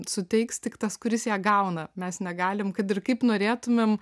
suteiks tik tas kuris ją gauna mes negalim kad ir kaip norėtumėm